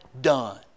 done